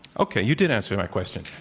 okay, you did answer my question.